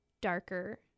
darker